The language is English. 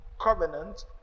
covenant